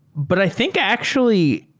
but i think actually,